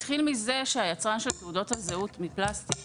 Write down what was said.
זה התחיל מזה שהיצרן של תעודות הזהות מפלסטיק